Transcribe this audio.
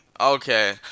Okay